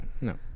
No